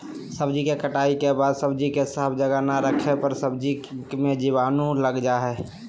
सब्जी के कटाई के बाद सब्जी के साफ जगह ना रखे पर सब्जी मे जीवाणु लग जा हय